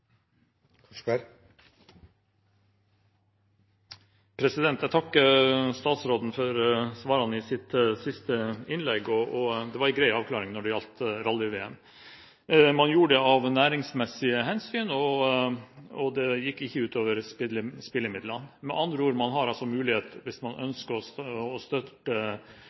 meiner eg er kjerneverdiar for oss. Jeg takker statsråden for svarene i hennes siste innlegg. Det var en grei avklaring når det gjaldt rally-VM. Man støttet det av næringsmessige hensyn, og det gikk ikke ut over spillemidlene – med andre ord har man mulighet hvis man ønsker å støtte